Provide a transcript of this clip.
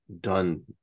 done